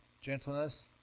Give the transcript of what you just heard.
gentleness